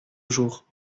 jour